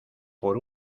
por